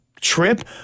trip